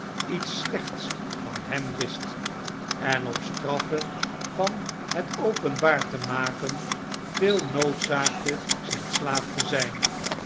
iets slechts van hem wist en op straffe van het openbaar te maken phil noodzaakte zijn slaaf te zijn